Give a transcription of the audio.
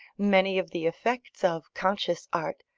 many of the effects of conscious art,